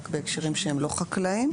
רק בהקשרים שהם לא חקלאיים,